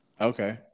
okay